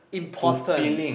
important